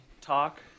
talk